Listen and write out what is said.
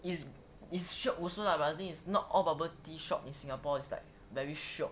it's it's shiok also lah but the thing is not all bubble tea shop in singapore is like very shiok